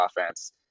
offense